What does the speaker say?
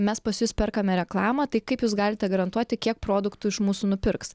mes pas jus perkame reklamą tai kaip jūs galite garantuoti kiek produktų iš mūsų nupirks